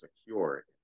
secure